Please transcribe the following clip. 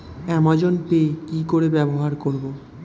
Amazon Pay কি করে ব্যবহার করব?